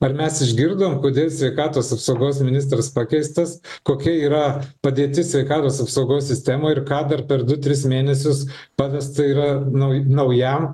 ar mes išgirdom kodėl sveikatos apsaugos ministras pakeistas kokia yra padėtis sveikatos apsaugos sistemoj ir ką dar per du tris mėnesius pavesta yra nauj naujam